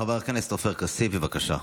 חבר הכנסת עופר כסיף, בבקשה.